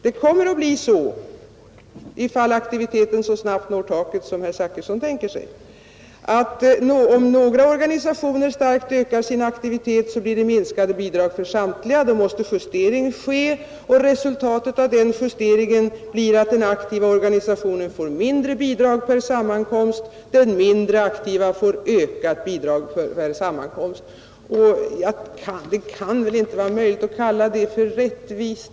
Det kommer ju att bli så om aktiviteten når taket så snabbt som herr Zachrisson tänker sig att om några organisationer starkt ökar sin aktivitet blir det minskade bidrag för samtliga, och då måste justeringar ske. Resultatet därav blir att den aktiva organisationen får sänkt bidrag per sammankomst medan den mindre aktiva organisationen får ökat bidrag per sammankomst. Det kan väl inte vara möjligt att kalla det för rättvist?